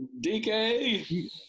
DK